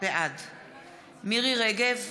בעד מירי רגב,